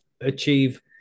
achieve